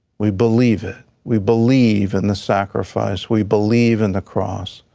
we believe it. we believe in the sacrifice. we believe in the cross.